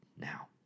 now